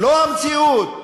לא המציאות.